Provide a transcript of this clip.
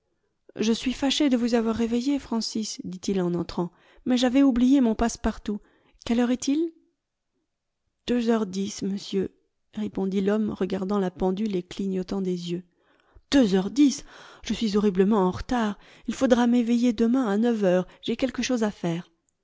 je suis fâché de vous avoir réveillé francis dit il en entrant mais j'avais oublié mon passe-partout quelle heure est-il p deux heures dix monsieur répondit l'homme regardant la pendule et clignotant des yeux deux heures dix je suis horriblement en retard il faudra m'éveiller demain à neuf heures j'ai quelque chose à faire